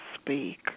speak